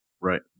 Right